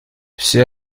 вся